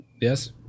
Yes